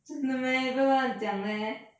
真的 meh 你不要乱乱讲 leh